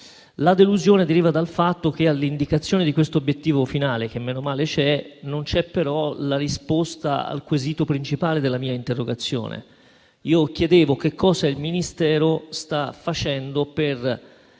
La delusione deriva dal fatto che, accanto all'indicazione di questo obiettivo finale (meno male che c'è), non c'è però la risposta al quesito principale della mia interrogazione. Io chiedevo che cosa il Ministero stia facendo per